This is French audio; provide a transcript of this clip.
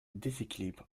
déséquilibre